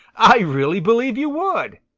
i really believe you would,